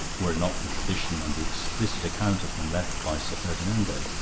were it not for tradition and the explicit account of them left by sir ferdinando,